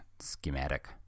schematic